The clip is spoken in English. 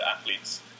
Athletes